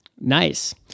Nice